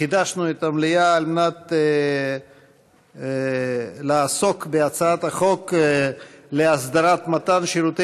חידשנו את המליאה על מנת לעסוק בהצעת החוק להסדרת מתן שירותי